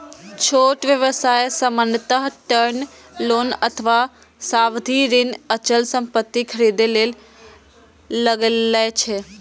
छोट व्यवसाय सामान्यतः टर्म लोन अथवा सावधि ऋण अचल संपत्ति खरीदै लेल लए छै